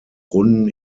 runden